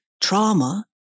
trauma